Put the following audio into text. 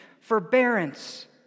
forbearance